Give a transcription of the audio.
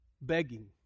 Begging